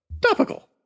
Topical